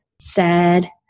sad